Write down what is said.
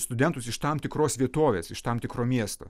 studentus iš tam tikros vietovės iš tam tikro miesto